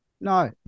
no